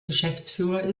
geschäftsführer